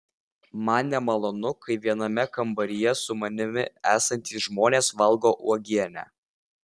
man nemalonu kai viename kambaryje su manimi esantys žmonės valgo uogienę